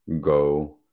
go